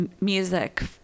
music